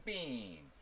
Bean